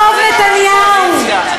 אתם נגררים אחרי הקואליציה,